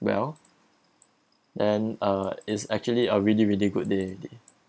well then uh is actually a really really good day already